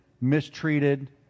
mistreated